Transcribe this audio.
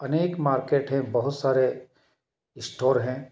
अनेक मार्केट हैं बहुत सारे स्टोर हैं